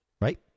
Right